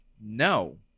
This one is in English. No